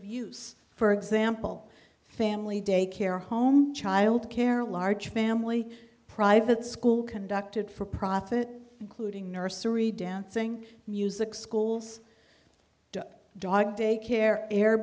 use for example family day care home child care a large family private school conducted for profit including nursery dancing music schools to dog day care air